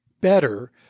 better